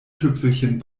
tüpfelchen